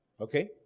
Okay